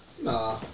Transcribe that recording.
Nah